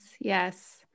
Yes